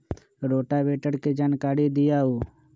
Rotavator के जानकारी दिआउ?